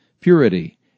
purity